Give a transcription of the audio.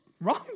wrong